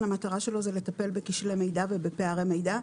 היא לטפל בכשלי מידע ובפערי מידע,